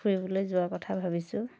ফুৰিবলৈ যোৱাৰ কথা ভাবিছো